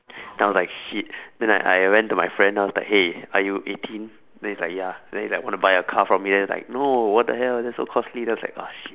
then I was like shit then I I went to my friend then I was like hey are you eighteen then he's like ya then it's like wanna buy a car from me then he was like no what the hell that's so costly then I was like ah shit